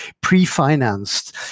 pre-financed